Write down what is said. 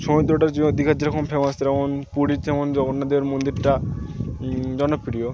সমুদ্রটা দীঘার যে রকম ফেমাস যেমন পুরীর যেমন জগন্নাথের মন্দিরটা জনপ্রিয়